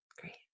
Great